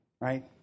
Right